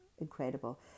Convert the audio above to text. incredible